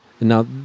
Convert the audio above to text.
Now